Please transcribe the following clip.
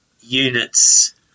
units